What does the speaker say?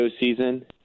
season